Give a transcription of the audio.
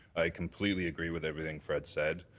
i completely agree with everything fred said.